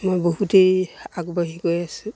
মই বহুতেই আগবাঢ়ি গৈ আছো